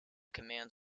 command